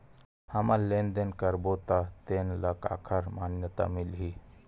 हमन लेन देन करबो त तेन ल काखर मान्यता मिलही?